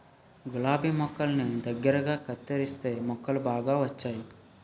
గులాబి మొక్కల్ని దగ్గరగా కత్తెరిస్తే మొగ్గలు బాగా వచ్చేయి